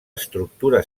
estructura